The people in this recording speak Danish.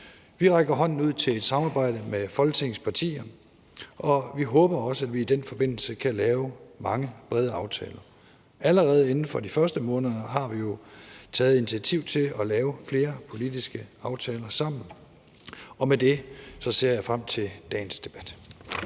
Vi rækker hånden ud til et samarbejde med Folketingets partier, og vi håber også, at vi i den forbindelse kan lave mange brede aftaler. Allerede inden for de første måneder har vi jo taget initiativ til at lave flere politiske aftaler sammen, og med det ser jeg frem til dagens debat.